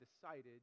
decided